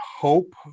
hope